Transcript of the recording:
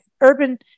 urban